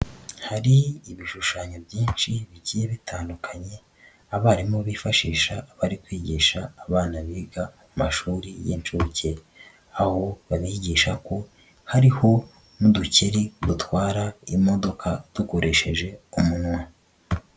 Hari ibishushanyo byinshi bigiye bitandukanye, abarimu bifashisha bari kwigisha abana biga amashuri y'inshuke, aho babigishako hariho n'udukeri dutwara imodoka dukoresheje umunwa.